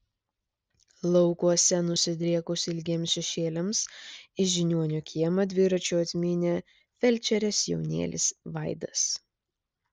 laukuose nusidriekus ilgiems šešėliams į žiniuonio kiemą dviračiu atmynė felčerės jaunėlis vaidas